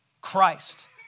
Christ